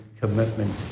commitment